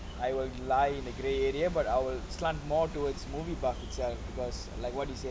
I will lie in the grey area but I'll slant more towards movie buff itself because like what you say